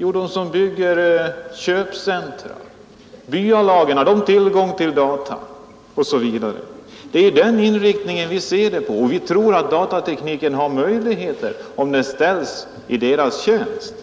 Jo, de som bygger köpcentra har tillgång till dessa data. Men har byalagen det? Det är denna inriktning som vi reagerar mot. Vi tror att datatekniken har möjligheter om den används på rätt sätt.